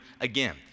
again